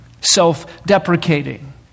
self-deprecating